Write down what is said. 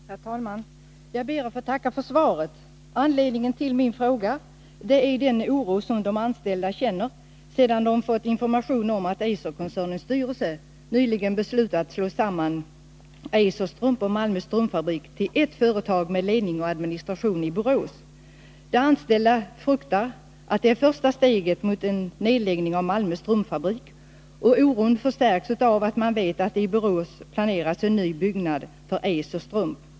Herr talman! Jag ber att få tacka för svaret. Anledningen till min fråga är den oro som de anställda känner sedan de fått information om att Eiserkoncernens styrelse nyligen beslutat slå samman Eiser Strump AB och AB Malmö Strumpfabrik till ett företag med ledning och administration i Borås. De anställda fruktar att det är första steget mot en nedläggning av Malmö Strumpfabrik. Oron förstärks av att man vet att det i Borås planeras en ny byggnad för Eiser Strump AB.